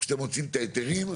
כשאתם מוציאים את ההיתרים,